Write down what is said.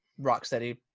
Rocksteady